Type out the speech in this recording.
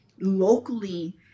locally